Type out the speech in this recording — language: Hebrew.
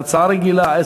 בהצעה רגילה,